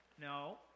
No